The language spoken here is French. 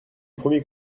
premier